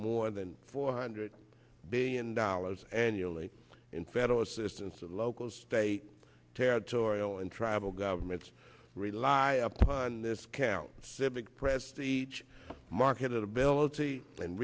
more than four hundred billion dollars annually in federal assistance of local state territorial and tribal governments rely upon this county civic press each marketability and